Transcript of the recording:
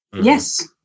Yes